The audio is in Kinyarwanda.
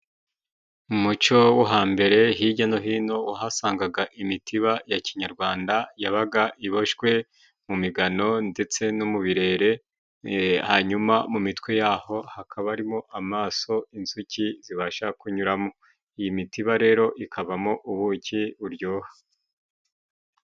Mu muco wo hambere hirya no hino wahasangaga imitiba ya kinyarwanda yabaga iboshywe mu migano ndetse no mu birere, hanyuma mu mitwe yayo hakaba harimo amaso inzuki zibasha kunyuramo. Iyi mitiba rero ikabamo ubuki buryoha.